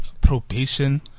probation